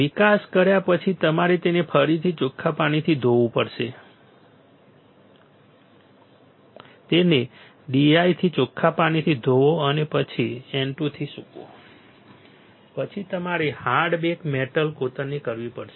વિકાસ કર્યા પછી તમારે તેને ફરીથી ચોખ્ખા પાણીથી ધોવું પડશે તેને D I થી ચોખ્ખા પાણીથી ધોવો અને પછી N 2 થી સૂકવો પછી તમારે હાર્ડ બેક મેટલ કોતરણી કરવી પડશે